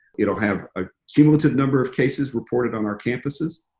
you know have a cumulative number of cases reported on our campuses.